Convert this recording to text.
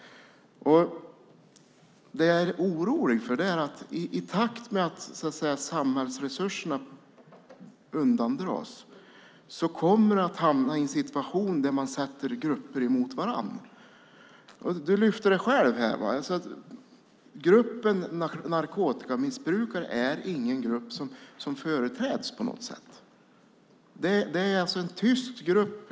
Jag är orolig för att när samhällsresurserna undandras kommer vi att hamna i en situation där grupper sätts mot varandra. Du nämnde själv att gruppen narkotikamissbrukare inte företräds av någon. Det är en tyst grupp.